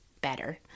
better